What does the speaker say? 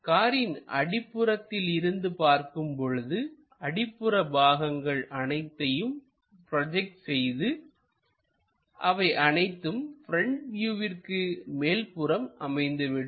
காரின் அடிப்புறத்தில் இருந்து பார்க்கும் பொழுதுஅடிப்புற பாகங்கள் அனைத்தையும் ப்ரோஜெக்ட் செய்து அவை அனைத்தும் ப்ரெண்ட் வியூவிற்கு மேல்புறம் அமைந்துவிடும்